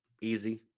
Easy